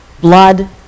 blood